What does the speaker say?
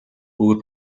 өөр